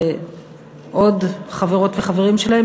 ועוד חברות וחברים שלהם,